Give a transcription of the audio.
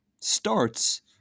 starts